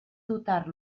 dotar